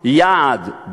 יעד,